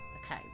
Okay